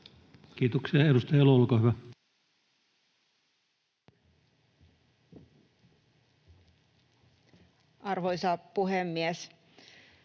Kiitos. Edustaja Elo. Arvoisa puhemies!